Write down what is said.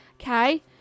Okay